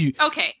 Okay